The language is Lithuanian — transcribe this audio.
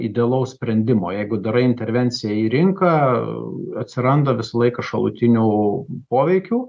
idealaus sprendimo jeigu darai intervenciją į rinką atsiranda visą laiką šalutinių poveikių